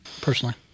personally